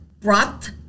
brought